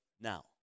now